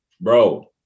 Bro